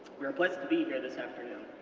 we are blessed to be here this afternoon.